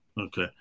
Okay